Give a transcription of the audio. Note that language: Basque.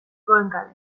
goenkale